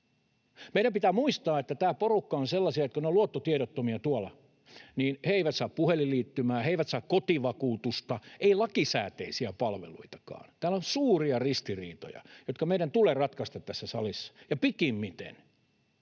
Meidän pitää muistaa, että tämä porukka on sellaista, että kun he ovat luottotiedottomia, niin he eivät saa puhelinliittymää, he eivät saa kotivakuutusta, eivät lakisääteisiä palveluitakaan. Täällä on suuria ristiriitoja, jotka meidän tulee ratkaista tässä salissa, ja pikimmiten.